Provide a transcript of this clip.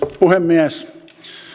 puhemies